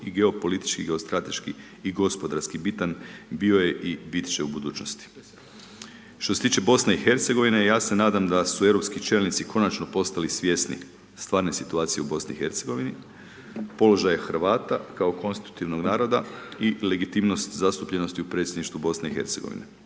i geopolitički, i geostrateški, i gospodarski bitan, bio je i bit će u budućnosti. Što se tiče Bosne i Hercegovine, ja se nadam da su europski čelnici konačno postali svjesni stvarne situacije u Bosni i Hercegovini, položaj Hrvata kao konstutivnog naroda i legitimnost zastupljenosti u Predsjedništvu Bosne i Hercegovine.